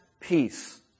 peace